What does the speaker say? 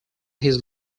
his